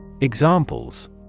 Examples